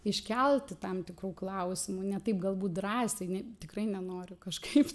iškelti tam tikrų klausimų ne taip galbūt drąsiai tikrai nenoriu kažkaip